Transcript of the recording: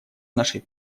нашей